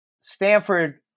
Stanford